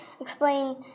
explain